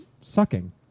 sucking